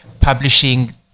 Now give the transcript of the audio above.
publishing